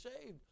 saved